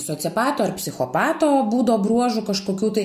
sociopato ar psichopato būdo bruožų kažkokių tai